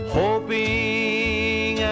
hoping